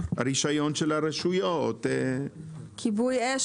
הרישיון של הרשויות --- גם כיבוי אש,